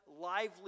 lively